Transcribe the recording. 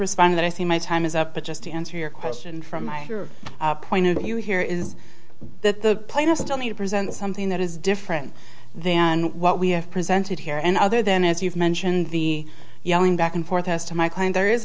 respond that i see my time is up but just to answer your question from my point about you here is that the plaintiff still need to present something that is different than what we have presented here and other than as you've mentioned the yelling back and forth as to my claim there is